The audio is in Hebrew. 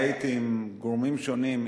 אני הייתי עם גורמים שונים,